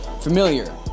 familiar